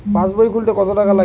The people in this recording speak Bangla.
পাশবই খুলতে কতো টাকা লাগে?